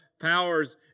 powers